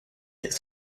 ist